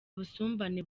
busumbane